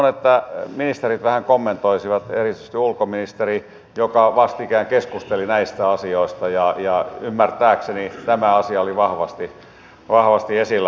toivon että ministerit vähän kommentoisivat erityisesti ulkoministeri joka vastikään keskusteli näistä asioista ja ymmärtääkseni tämä asia oli vahvasti esillä